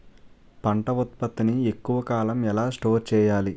పంట ఉత్పత్తి ని ఎక్కువ కాలం ఎలా స్టోర్ చేయాలి?